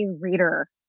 reader